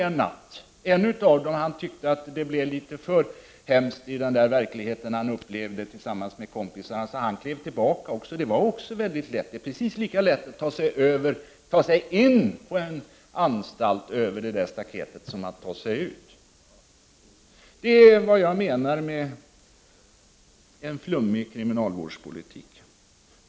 En av dem tyckte att det blev litet för hemskt i den verklighet han upplevde tillsammans med kompisarna, så han klev tillbaka. Det var också lätt — det är precis lika lätt att ta sig in på en anstalt över det där staketet som att ta sig ut! Det är vad jag menar med en flummig kriminalvårdspolitik.